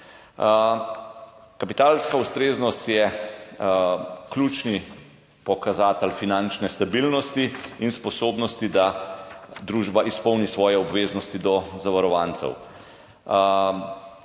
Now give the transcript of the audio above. Kapitalska ustreznost je ključni pokazatelj finančne stabilnosti in sposobnosti, da družba izpolni svoje obveznosti do zavarovancev.